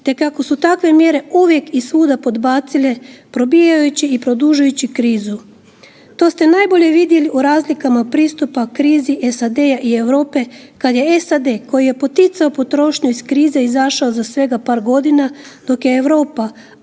te kako su takve mjere uvijek i svuda podbacile probijajući i produžujući krizu. To ste najbolje vidjeli u razlikama pristupa krizi SAD-a i Europe kad je SAD, koji je poticao potrošnju iz krize izašao za svega par godina, dok je Europa,